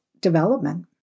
development